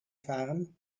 fahren